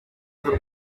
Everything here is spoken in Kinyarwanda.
z’u